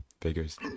figures